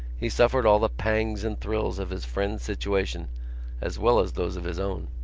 he suffered all the pangs and thrills of his friend's situation as well as those of his own.